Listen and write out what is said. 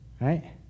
right